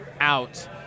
out